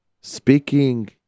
speaking